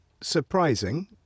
surprising